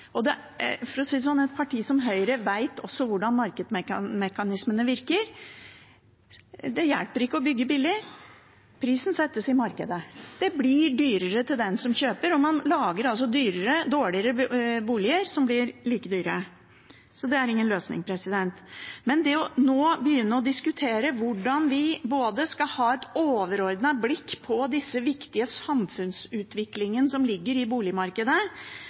Et parti som Høyre vet også hvordan markedsmekanismene virker: Det hjelper ikke å bygge billig, for prisen settes i markedet. Det blir dyrere for den som kjøper. Man lager altså dårligere boliger som blir like dyre. Det er ingen løsning. Vi må begynne å diskutere hvordan vi skal både ha et overordnet blikk på den viktige samfunnsutviklingen i boligmarkedet og også gi kommunene noen redskaper som